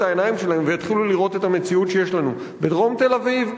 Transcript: העיניים שלהן ויתחילו לראות את המציאות שיש לנו בדרום תל-אביב,